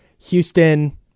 Houston